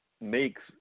makes